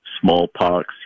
smallpox